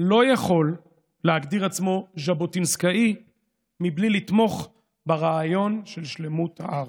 לא יכול להגדיר עצמו ז'בוטינסקאי בלי לתמוך ברעיון של שלמות הארץ.